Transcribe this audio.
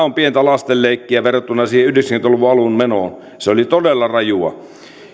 ovat pientä lastenleikkiä verrattuna siihen yhdeksänkymmentä luvun alun menoon se oli todella rajua